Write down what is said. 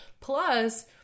Plus